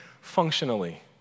Functionally